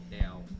Now